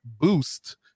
boost